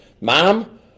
mom